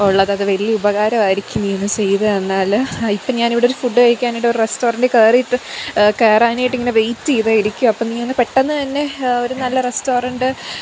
ഉള്ളത് അത് വലിയ ഉപകാരമായിരിക്കും നീയത് ചെയ്തു തന്നാൽ ഇപ്പോൾ ഞാനിവിടെയൊരു ഫുഡ് കഴിക്കാനായിട്ട് ഒരു റസ്റ്റോറൻ്റിൽ കയറിയിട്ട് കയറാനായിട്ട് ഇങ്ങനെ വെയ്റ്റ് ചെയ്തു ഇരിക്കുകയാണ് അപ്പോൾ നീയൊന്ന് പെട്ടന്ന് തന്നെ ഒരു നല്ല റസ്റ്റോറന്റ്